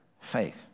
faith